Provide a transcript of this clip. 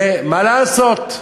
ומה לעשות,